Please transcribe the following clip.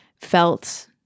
felt